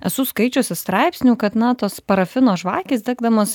esu skaičiusi straipsnių kad na tos parafino žvakės degdamos